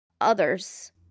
others